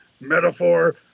metaphor